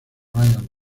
ryan